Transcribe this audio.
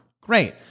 Great